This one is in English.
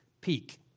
peak